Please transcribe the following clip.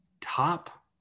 top